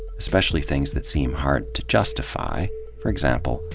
especially things that seem hard to justify for example,